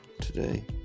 today